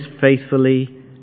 faithfully